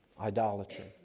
idolatry